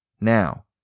Now